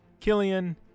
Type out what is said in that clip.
Killian